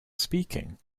speaking